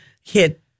hit